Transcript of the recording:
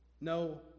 no